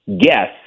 guess